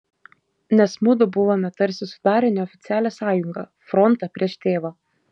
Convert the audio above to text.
nes mudu buvome tarsi sudarę neoficialią sąjungą frontą prieš tėvą